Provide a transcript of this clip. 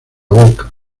boca